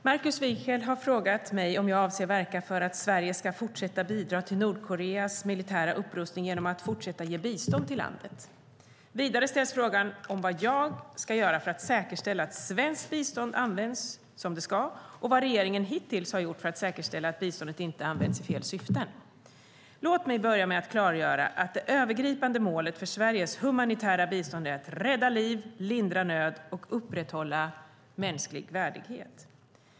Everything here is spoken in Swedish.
Herr talman! Markus Wiechel har frågat mig om jag avser att verka för att Sverige ska fortsätta bidra till Nordkoreas militära upprustning genom att fortsätta ge bistånd till landet. Vidare ställs frågan om vad jag ska göra för att säkerställa att svenskt bistånd används som det ska och vad regeringen hittills har gjort för att säkerställa att biståndet inte använts i fel syften. Låt mig börja med att klargöra att det övergripande målet för Sveriges humanitära bistånd är att rädda liv, lindra nöd och upprätthålla mänsklig värdighet.